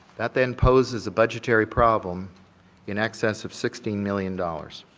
that then poses a budgetary problem in excess of sixteen million dollars.